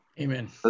Amen